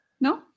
No